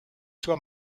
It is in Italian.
sua